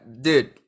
dude